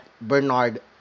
Bernard